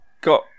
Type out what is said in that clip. got